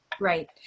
right